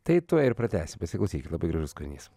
tai tuoj ir pratęsiu pasiklausyt labai gražus kūrinys